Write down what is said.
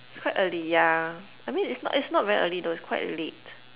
it's quite early yeah I mean it's not it's not very early though it's quite late